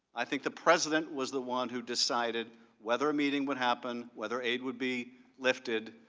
i think the president was the one who decided whether a meeting would happen, whether aid would be lifted,